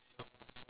mmhmm